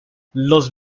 los